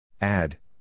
Add